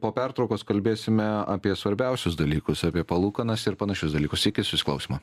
po pertraukos kalbėsime apie svarbiausius dalykus apie palūkanas ir panašius dalykus iki susiklausymo